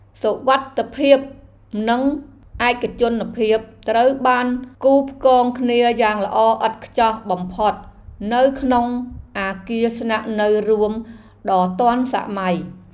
សុវត្ថិភាពនិងឯកជនភាពត្រូវបានផ្គូរផ្គងគ្នាយ៉ាងល្អឥតខ្ចោះបំផុតនៅក្នុងអគារស្នាក់នៅរួមដ៏ទាន់សម័យ។